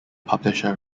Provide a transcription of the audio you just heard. publisher